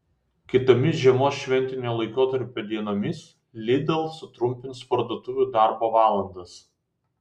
kitomis žiemos šventinio laikotarpio dienomis lidl sutrumpins parduotuvių darbo valandas